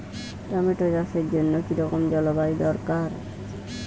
Tomato চাষের জন্য কি রকম জলবায়ু দরকার?